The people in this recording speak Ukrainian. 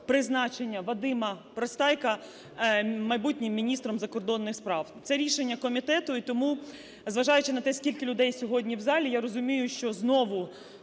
призначення Вадима Пристайка майбутнім міністром закордонних справ. Це рішення комітету і тому, зважаючи на те, скільки людей сьогодні в залі, я розумію, що знову